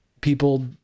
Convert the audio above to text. People